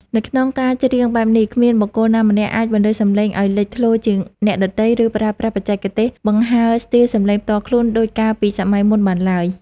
នៅក្នុងការច្រៀងបែបនេះ គ្មានបុគ្គលណាម្នាក់អាចបន្លឺសំឡេងឱ្យលេចធ្លោជាងអ្នកដទៃ ឬប្រើប្រាស់បច្ចេកទេសបង្ហើរស្ទីលសម្លេងផ្ទាល់ខ្លួន ដូចកាលពីសម័យមុនបានឡើយ។